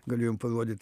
galiu jum parodyt